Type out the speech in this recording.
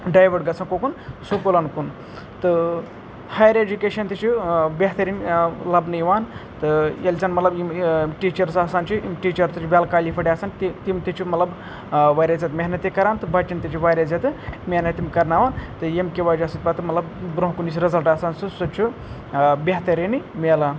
ڈایوٲٹ گژھان کوکُن سکوٗلَن کُن تہٕ ہایر اٮ۪جوکیشَن تہِ چھِ بہتریٖن لَبنہٕ یِوان تہٕ ییٚلہِ زَن مطلب یِم ٹیٖچَرٕس آسَان چھِ ٹیٖچَر تہِ چھِ وٮ۪ل کالِفایڑ آسَان تہِ تِم تہِ چھِ مطلب واریاہ زیادٕ محنت تہِ کَران تہٕ بَچَن تہِ چھِ واریاہ زیادٕ محنت تِم کَرناوان تہٕ ییٚمکہ وجہ سۭتۍ پتہٕ مطلب برونٛہہ کُن یُس رِزَلٹ آسَان سُہ تہِ چھُ بہتریٖنٕے مِلان